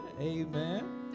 Amen